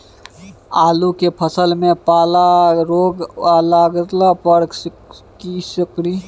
आलू के फसल मे पाला रोग लागला पर कीशकरि?